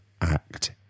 act